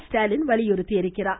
ஸ்டாலின் வலியுறுத்தியுள்ளார்